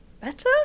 better